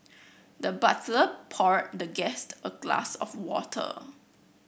the butler poured the guest a glass of water